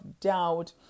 doubt